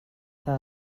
que